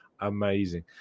amazing